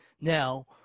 Now